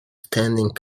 standing